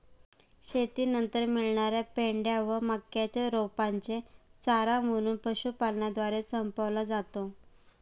शेतीनंतर मिळणार्या पेंढ्या व मक्याच्या रोपांचे चारा म्हणून पशुपालनद्वारे संपवला जातो